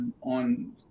on